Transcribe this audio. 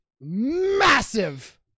massive